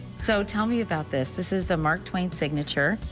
so tell me about this. this is a mark twain signature.